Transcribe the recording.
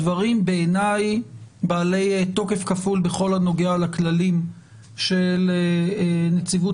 הדברים בעיניי בעלי תוקף כפול בכל הנוגע לכללים של נציבות